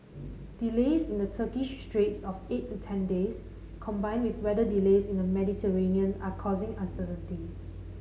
delays in the Turkish straits of eight to ten days combined with weather delays in the Mediterranean are causing uncertainty